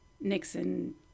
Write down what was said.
Nixon